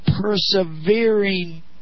persevering